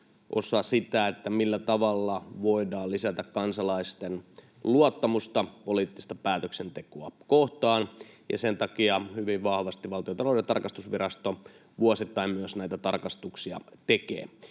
osa sitä, millä tavalla voidaan lisätä kansalaisten luottamusta poliittista päätöksentekoa kohtaan, ja sen takia hyvin vahvasti Valtiontalouden tarkastusvirasto vuosittain myös näitä tarkastuksia tekee.